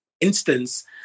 instance